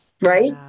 right